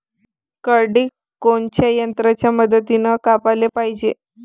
करडी कोनच्या यंत्राच्या मदतीनं कापाले पायजे?